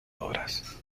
obras